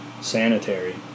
sanitary